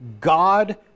God